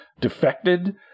defected